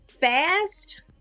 fast